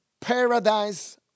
paradise